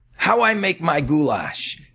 how i make my goulash.